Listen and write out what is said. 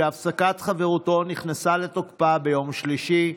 שהפסקת חברותו נכנסה לתוקפה ביום שלישי,